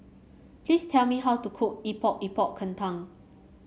please tell me how to cook Epok Epok Kentang